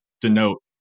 denote